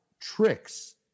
tricks